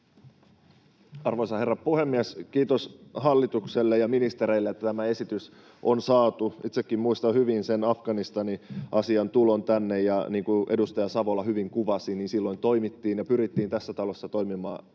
Arvoisa herra puhemies! Kiitos hallitukselle ja ministereille, että tämä esitys on saatu. Itsekin muistan hyvin sen Afganistanin asian tulon tänne. Ja niin kuin edustaja Savola hyvin kuvasi, silloin toimittiin ja pyrittiin tässä talossa toimimaan